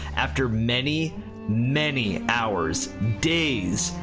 after many many hours, days,